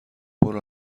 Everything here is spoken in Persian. برو